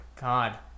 God